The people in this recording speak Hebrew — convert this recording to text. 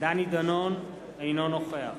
דני דנון, אינו נוכח